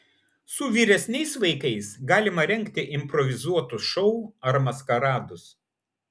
su vyresniais vaikais galima rengti improvizuotus šou ar maskaradus